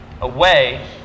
Away